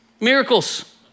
Miracles